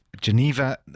Geneva